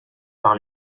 par